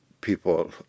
people